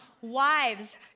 wives